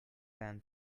than